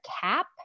cap